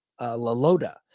Lalota